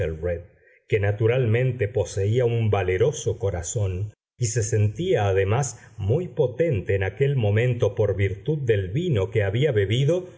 que naturalmente poseía un valeroso corazón y se sentía además muy potente en aquel momento por virtud del vino que había bebido